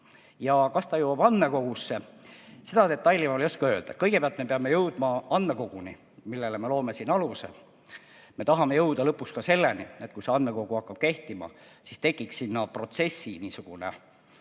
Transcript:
Kas see jõuab andmekogusse, seda detaili ma ei oska öelda. Kõigepealt me peame jõudma andmekoguni, millele me loome siin aluse. Me tahame jõuda lõpuks ka selleni, et kui see andmekogu hakkab kehtima, siis tekiks sinna protsessi juurde